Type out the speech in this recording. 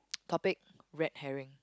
topic red herring